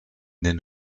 den